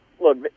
look